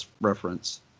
reference